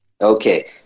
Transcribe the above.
okay